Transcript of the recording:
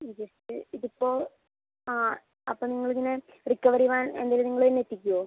ഈ ജസ്റ്റ് ഇത് ഇപ്പോൾ ആ അപ്പം നിങ്ങൾ ഇങ്ങനെ റിക്കവറി എന്തിന് നിങ്ങള് തന്നെ എത്തിക്കുമോ